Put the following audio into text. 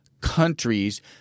countries